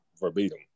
verbatim